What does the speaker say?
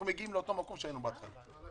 אנחנו מגיעים לאותו מקום שהיינו בו בהתחלה.